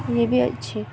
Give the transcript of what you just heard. ଏବେ ବି ଅଛି